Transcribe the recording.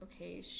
okay